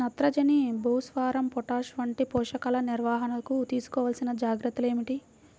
నత్రజని, భాస్వరం, పొటాష్ వంటి పోషకాల నిర్వహణకు తీసుకోవలసిన జాగ్రత్తలు ఏమిటీ?